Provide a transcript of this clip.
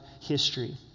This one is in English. history